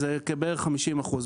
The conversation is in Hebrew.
זה בערך 50 אחוזים.